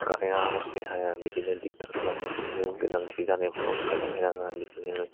कारेन्टआ हरसे हाया बिदिनो दिगदार खालामो बिदिनो गोनांथि जानायफ्राव कारेन्ट होना होया बिदिनो